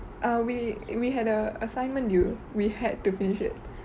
err we we had a assignment due we had to finish it